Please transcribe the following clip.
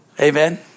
Amen